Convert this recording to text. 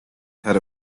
had